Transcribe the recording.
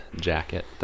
jacket